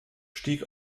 stieg